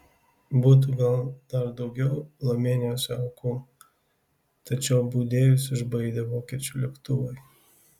būtų gal dar daugiau lomeniuose aukų tačiau baudėjus išbaidė vokiečių lėktuvai